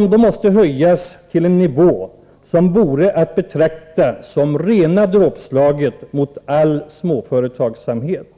vilka måste höjas till en nivå som vore att betrakta som rena dråpslaget mot all småföretagsamhet.